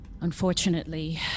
Unfortunately